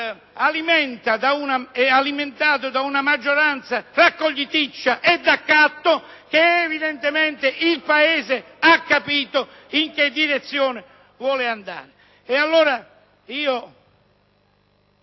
infatti, da una maggioranza raccogliticcia e d'accatto ed evidentemente il Paese ha capito in che direzione vuole andare.